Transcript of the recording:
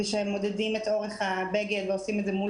כאשר מודדים את אורך הבגד ועושים את זה מול